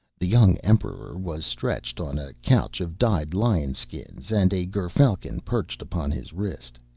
the young emperor was stretched on a couch of dyed lion skins, and a gerfalcon perched upon his wrist.